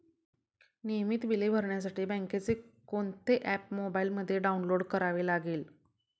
नियमित बिले भरण्यासाठी बँकेचे कोणते ऍप मोबाइलमध्ये डाऊनलोड करावे लागेल?